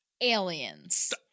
Aliens